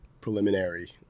preliminary